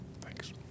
thanks